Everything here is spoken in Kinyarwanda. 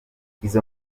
izo